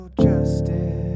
justice